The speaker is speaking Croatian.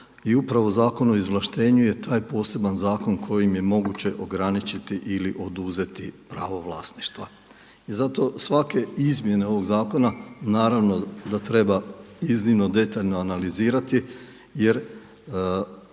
i upravo Zakon o izvlaštenju je taj poseban zakon kojim je moguće ograničiti ili oduzeti pravo vlasništva. I zato svake izmjene ovog zakona, naravno da treba iznimno detaljno analizirati jer